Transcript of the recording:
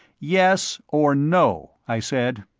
yes or no, i said.